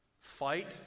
Fight